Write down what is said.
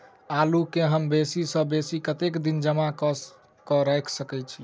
आलु केँ हम बेसी सऽ बेसी कतेक दिन जमा कऽ क राइख सकय